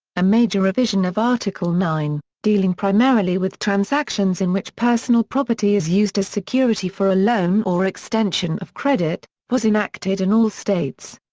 a major revision of article nine, dealing primarily with transactions in which personal property is used as security for a loan or extension of credit, was enacted in all states.